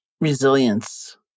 resilience